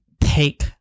take